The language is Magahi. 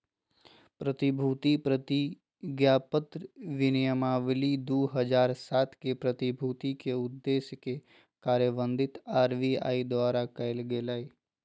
प्रतिभूति प्रतिज्ञापत्र विनियमावली दू हज़ार सात के, प्रतिभूति के उद्देश्य के कार्यान्वित आर.बी.आई द्वारा कायल गेलय